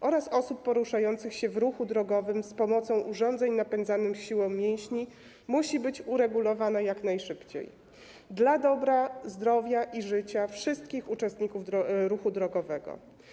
oraz osób poruszających się w ruchu drogowym za pomocą urządzeń napędzanych siłą mięśni musi być uregulowana jak najszybciej dla dobra, zdrowia i życia wszystkich uczestników ruchu drogowego.